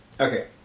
Okay